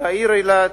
לעיר אילת.